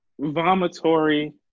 Vomitory